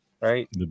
right